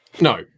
No